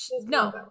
no